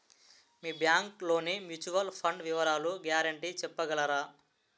మీ bank లోని mutual fund వివరాల guarantee చెప్పగలరా?